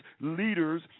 Leaders